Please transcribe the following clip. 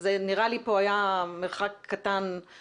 זה היה מתחילת ההפגנה ועד סופה,